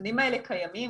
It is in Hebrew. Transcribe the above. הנתונים האלה קיימים.